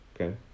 Okay